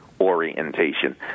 orientation